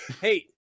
Hey